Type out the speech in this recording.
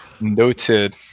Noted